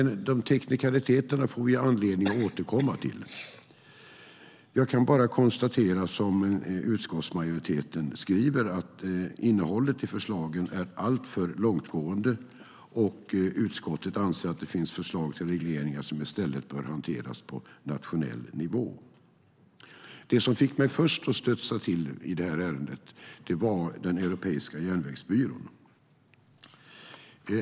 Dessa teknikaliteter får vi dock anledning att återkomma till. Jag kan, som utskottsmajoriteten skriver, bara konstatera att innehållet i förslagen är alltför långtgående. Utskottet anser att det finns förslag till regleringar som i stället bör hanteras på nationell nivå. Det som först fick mig att studsa till i detta ärende var den europeiska järnvägsbyrån.